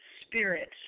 spirit